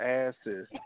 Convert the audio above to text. asses